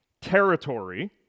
territory